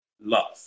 love